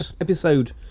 episode